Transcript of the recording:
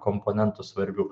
komponentų svarbių